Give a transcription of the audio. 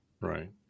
Right